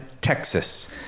Texas